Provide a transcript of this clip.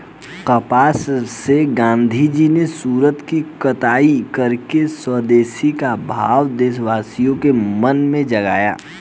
कपास से गाँधीजी ने सूत की कताई करके स्वदेशी का भाव देशवासियों के मन में जगाया